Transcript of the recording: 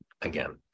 Again